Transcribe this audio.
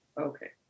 Okay